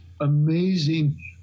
amazing